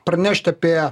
pranešti apie